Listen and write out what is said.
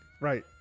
Right